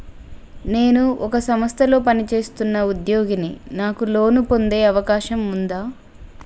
నేను ఒక సంస్థలో పనిచేస్తున్న ఉద్యోగిని నాకు లోను పొందే అవకాశం ఉందా?